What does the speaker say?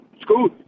school